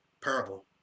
parable